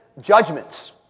judgments